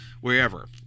wherever